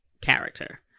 character